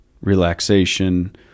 relaxation